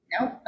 Nope